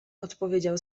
odpowiedział